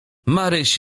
maryś